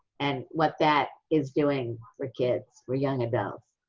and what that is doing for kids, for young adults.